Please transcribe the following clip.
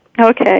Okay